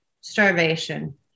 Starvation